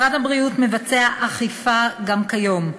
משרד הבריאות מבצע אכיפה גם כיום,